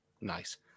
Nice